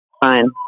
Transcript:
fine